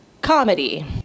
Comedy